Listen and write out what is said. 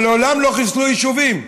אבל מעולם לא חיסלו יישובים.